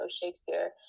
Shakespeare